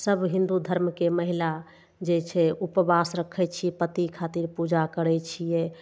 सब हिन्दू धर्मके महिला जे छै ऊपवास रखै छी पति खातिर पूजा करै छियै